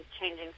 changing